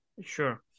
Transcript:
sure